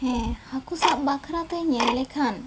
ᱦᱮᱸ ᱦᱟᱹᱠᱩ ᱥᱟᱵ ᱵᱟᱠᱷᱨᱟ ᱯᱮ ᱧᱮᱞ ᱞᱮᱠᱷᱟᱱ